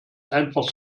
einfach